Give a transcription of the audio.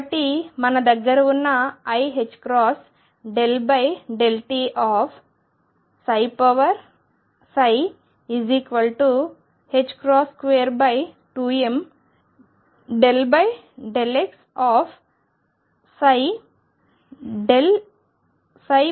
కాబట్టి మన దగ్గర ఉన్నది iℏ ∂t22m ∂x∂x ∂ψ∂x